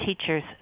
teachers